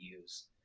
use